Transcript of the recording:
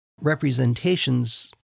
representations